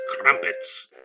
crumpets